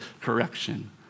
correction